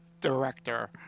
director